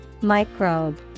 Microbe